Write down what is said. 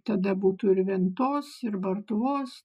tada būtų ir ventos ir bartuvos